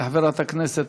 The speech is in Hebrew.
עוד אודיעכם כי חברת הכנסת